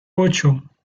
ocho